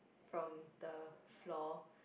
from the floor